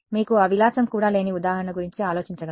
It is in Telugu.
మీకు ఆ విలాసం కూడా లేని ఉదాహరణ గురించి ఆలోచించగలరా